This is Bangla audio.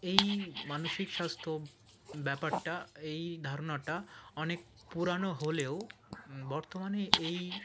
এই মানসিক স্বাস্থ্য ব্যাপারটা এই ধারণাটা অনেক পুরানো হলেও বর্তমানে এই